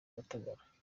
gatagara